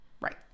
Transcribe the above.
Right